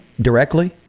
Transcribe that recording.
directly